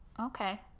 Okay